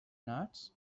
nuts